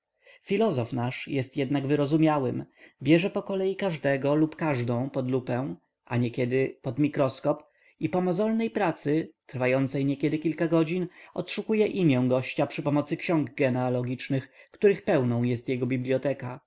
filozof nasz jest jednak wyrozumiałym bierze po kolei każdego lub każdą pod lupę a niekiedy pod mikroskop i po mozolnej pracy trwającej niekiedy kilka godzin odszukuje imię gościa przy pomocy ksiąg genealogicznych których pełną jest jego